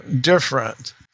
different